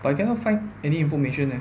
but you cannot find any information eh